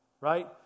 Right